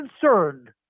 concerned